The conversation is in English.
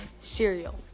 cereal